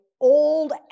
old